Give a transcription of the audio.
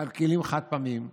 על כלים חד-פעמיים,